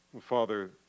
Father